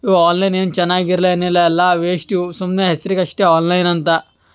ಇವು ಆನ್ಲೈನ್ ಏನೂ ಚೆನ್ನಾಗಿರ್ಲ ಏನಿಲ್ಲ ಎಲ್ಲ ವೇಶ್ಟ್ ಇವು ಸುಮ್ಮನೆ ಹೆಸರಿಗಷ್ಟೇ ಆನ್ಲೈನ್ ಅಂತ